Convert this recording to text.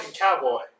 cowboy